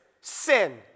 sin